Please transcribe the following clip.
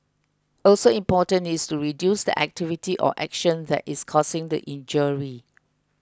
also important is to reduce the activity or action that is causing the injury